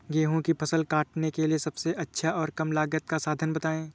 गेहूँ की फसल काटने के लिए सबसे अच्छा और कम लागत का साधन बताएं?